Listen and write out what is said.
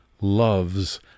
loves